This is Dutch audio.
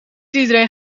iedereen